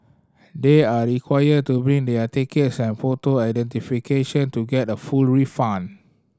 they are required to bring their tickets and photo identification to get a full refund